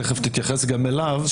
תיכף תתייחס גם אליו,